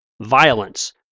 violence